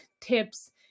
tips